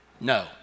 no